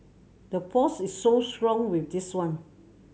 the force is so strong with this one